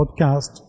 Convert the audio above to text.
podcast